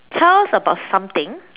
tell us about something